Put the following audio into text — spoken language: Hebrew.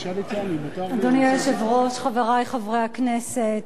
אדוני היושב-ראש, חברי חברי הכנסת,